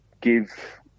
give